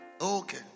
Okay